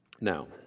Now